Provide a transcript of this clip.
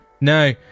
No